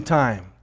time